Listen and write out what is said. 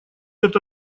это